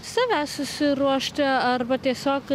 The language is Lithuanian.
save susiruošti arba tiesiog